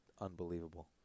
unbelievable